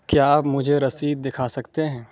کیا آپ مجھے رسید دکھا سکتے ہیں